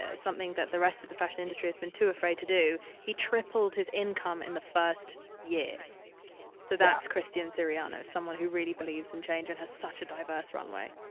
ah something that the rest of the fashion industry has been too afraid to do, he tripled his income in the first year yeah so that's christian siriano, someone who really believes in change and has such a diverse runway